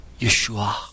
Yeshua